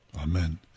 Amen